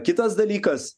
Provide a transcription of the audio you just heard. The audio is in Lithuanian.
kitas dalykas